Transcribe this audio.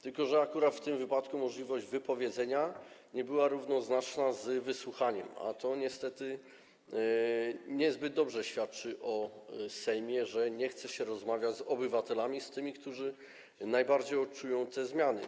Tyle że akurat w tym wypadku możliwość wypowiedzenia nie była równoznaczna z wysłuchaniem, a to niestety niezbyt dobrze świadczy o Sejmie, że nie chce się rozmawiać z obywatelami, z tymi, którzy najbardziej odczują te zmiany.